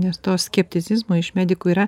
nes to skepticizmo iš medikų yra